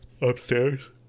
upstairs